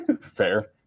Fair